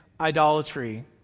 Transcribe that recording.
idolatry